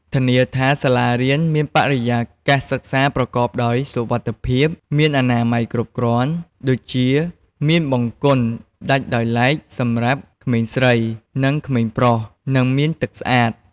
ធានាថាសាលារៀនមានបរិយាកាសសិក្សាប្រកបដោយសុវត្ថិភាព មានអនាម័យគ្រប់គ្រាន់ ដូចជាមានបង្គន់ដាច់ដោយឡែកសម្រាប់ក្មេងស្រី និងក្មេងប្រុស និងមានទឹកស្អាត។